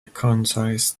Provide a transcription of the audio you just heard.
concise